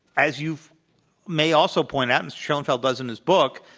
as you may also point out and schoenfeld does in his book,